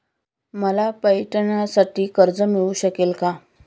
मला पर्यटनासाठी कर्ज मिळू शकेल का?